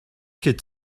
could